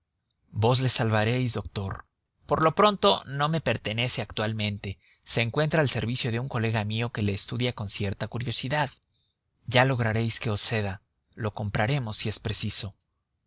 vos le salvaréis doctor por lo pronto no me pertenece actualmente se encuentra al servicio de un colega mío que le estudia con cierta curiosidad ya lograréis que os lo ceda lo compraremos si es preciso